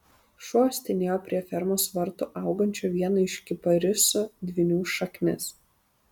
šuo uostinėjo prie fermos vartų augančio vieno iš kiparisų dvynių šaknis